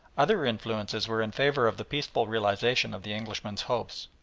other influences were in favour of the peaceful realisation of the englishman's hopes.